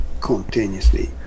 continuously